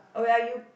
oh ya you